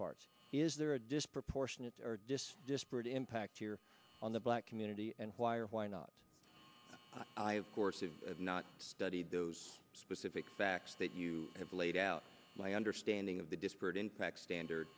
part is there a disproportionate or just disparate impact here on the black community and why or why not i of course of not studied those specific facts that you have laid out my understanding of the disparate impact standard